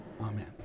Amen